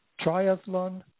triathlon